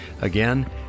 Again